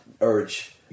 urge